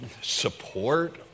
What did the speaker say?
support